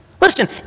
Listen